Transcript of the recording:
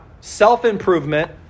self-improvement